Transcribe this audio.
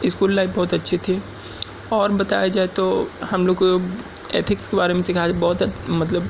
school life بہت اچھی تھی اور بتایا جائے تو ہم لوگ کو ایتھکس کے بارے میں سکھایا جاتا تھا مطلب